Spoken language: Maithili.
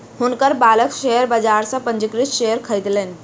हुनकर बालक शेयर बाजार सॅ पंजीकृत शेयर खरीदलैन